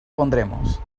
pondremos